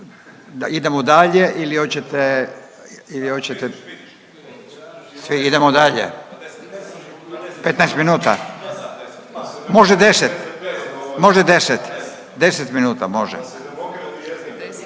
Idemo dalje ili hoćete? Idemo dalje. 15 minuta. Može 10? Može 10? 10 minuta može.